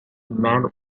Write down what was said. man